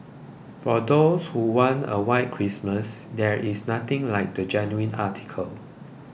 for those who want a white Christmas there is nothing like the genuine article